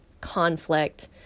conflict